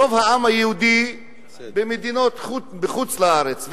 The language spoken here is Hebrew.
רוב העם היהודי במדינות חוץ-לארץ,